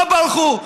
לא ברחו.